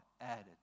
added